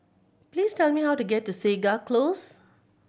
please tell me how to get to Segar Close